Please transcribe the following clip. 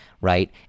right